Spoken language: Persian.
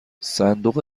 صندوق